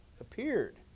appeared